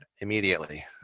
immediately